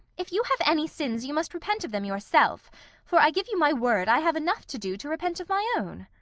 if you have any sins you must repent of them your self for i give you my word, i have enough to do to repent of my own.